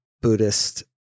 Buddhist